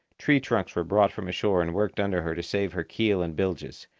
tree trunks were brought from ashore and worked under her to save her keel and bilges,